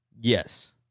Yes